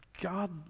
God